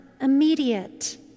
immediate